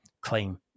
claim